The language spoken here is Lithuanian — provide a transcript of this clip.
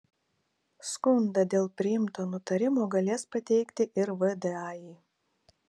skundą dėl priimto nutarimo galės pateikti ir vdai